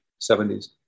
70s